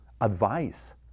advice